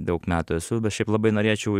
daug metų esu bet šiaip labai norėčiau